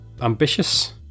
ambitious